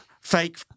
Fake